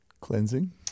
Cleansing